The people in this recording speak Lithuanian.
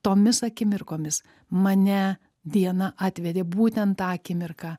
tomis akimirkomis mane diena atvedė būtent tą akimirką